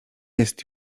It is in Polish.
jest